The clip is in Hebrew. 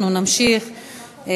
אנחנו נמשיך.